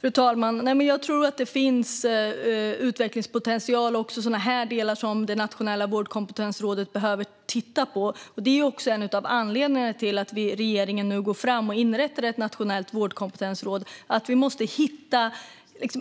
Fru talman! Jag tror att det finns utvecklingspotential också i sådana här delar som det nationella vårdkompetensrådet behöver titta på. En av anledningarna till att regeringen nu går fram och inrättar ett nationellt vårdkompetensråd är just att vi måste hitta